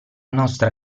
nostra